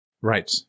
Right